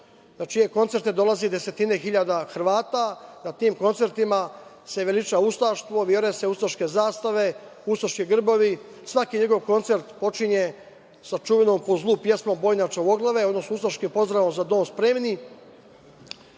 na čije koncerte dolaze desetine hiljada Hrvata. Na tim koncertima se veliča ustaštvo, viore se ustaške zastave, ustaški grbovi. Svaki njegov koncert počinje sa čuvenom, po zlu pesmom „boj na čavoglave“ odnosno ustaškim pozdravom „za dom spremni“.